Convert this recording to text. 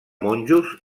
monjos